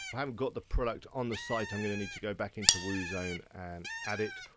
haven't got the product on the site, i'm gonna need to go back into woozone and add it.